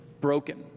broken